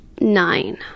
nine